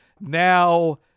now